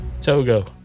Togo